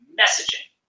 messaging